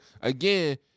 again